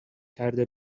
کرده